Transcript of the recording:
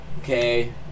Okay